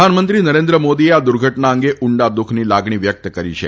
પ્રધાનમંત્રી નરેન્દ્ર મોદીએ આ દુર્ધટના અંગે ઉંડા દુઃખની લાગણી વ્યકત કરી છે